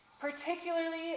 particularly